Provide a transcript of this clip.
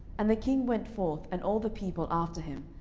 and the king went forth, and all the people after him,